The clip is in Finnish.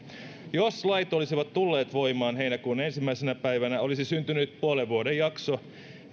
jos lait olisivat tulleet voimaan heinäkuun ensimmäisenä päivänä olisi syntynyt puolen vuoden jakso